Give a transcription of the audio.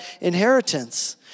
inheritance